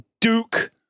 Duke